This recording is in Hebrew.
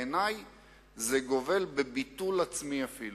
בעיני זה גובל בביטול עצמי אפילו,